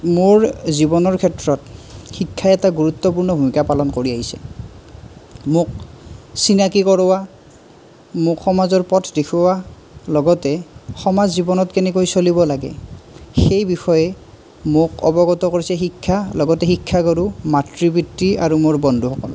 মোৰ জীৱনৰ ক্ষেত্ৰত শিক্ষাই এটা গুৰুত্বপূৰ্ণ ভূমিকা পালন কৰি আহিছে মোক চিনাকি কৰোৱা মোক সমাজৰ পথ দেখুওৱা লগতে সমাজ জীৱনত কেনেকৈ চলিব লাগে সেই বিষয়ে মোক অৱগত কৰিছে শিক্ষা লগতে শিক্ষাগুৰু মাতৃ পিতৃ আৰু মোৰ বন্ধুসকলে